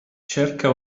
cerca